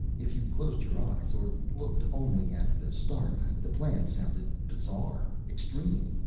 if you closed your eyes, or looked only at the star map, the plan sounded bizarre, extreme,